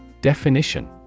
Definition